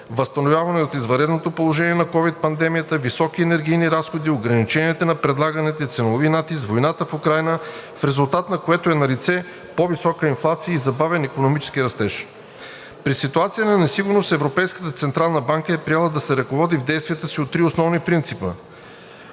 възстановяване от извънредното положение на ковид пандемията, високи енергийни разходи, ограничения на предлагането, ценови натиск, войната в Украйна, в резултат на което е налице по-висока инфлация и забавен икономически растеж. При ситуация на несигурност Европейската централна банка е приела да се ръководи в действията си от три основни принципа